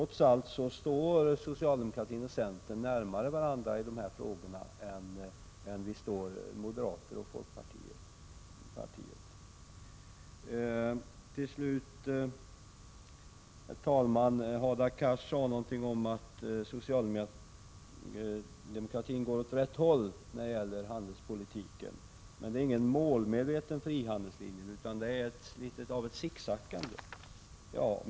1986/87:47 socialdemokratin står närmare centern än moderata samlingspartiet och 11 december 1986 folkpartiet i de här frågorna. SE dte na a NE OS Herr talman! Till slut: Hadar Cars sade någonting om att socialdemokratin går åt rätt håll när det gäller handelspolitiken, men att det inte var fråga om någon målmedveten frihandelslinje utan om något av ett sicksackande.